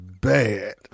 bad